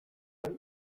bai